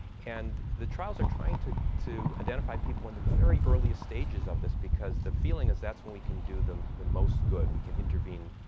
and the trials are trying to to identify people in the very early stages of this because the feeling is that's when we can do the the most good, we can intervene